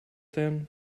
then